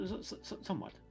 Somewhat